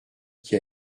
qui